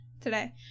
today